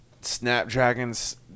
Snapdragons